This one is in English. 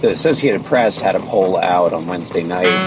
the associated press had a poll out on wednesday night